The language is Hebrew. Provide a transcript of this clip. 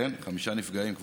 חמישה נפגעים?